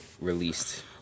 released